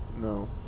No